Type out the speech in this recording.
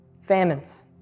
famines